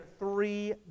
Three